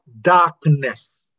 darkness